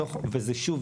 ושוב,